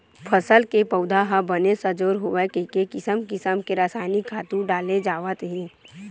फसल के पउधा ह बने सजोर होवय कहिके किसम किसम के रसायनिक खातू डाले जावत हे